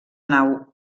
nau